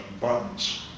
buttons